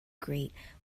grate